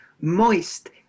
moist